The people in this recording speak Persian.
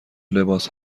لباس